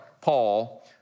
Paul